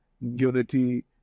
unity